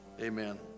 Amen